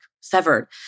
severed